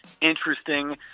interesting